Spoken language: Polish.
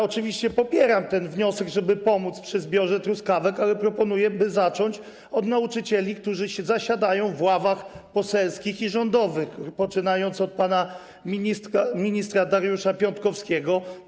Oczywiście popieram ten wniosek, żeby pomóc przy zbiorze truskawek, ale proponuję by zacząć od nauczycieli, którzy zasiadają w ławach poselskich i rządowych, poczynając od pana ministra Dariusza Piontkowskiego.